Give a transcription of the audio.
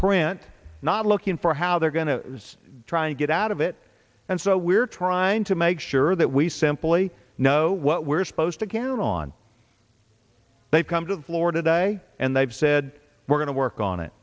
print not looking for how they're going to try and get out of it and so we're trying to make sure that we simply know what we're supposed to count on they've come to the floor today and they've said we're going to work on it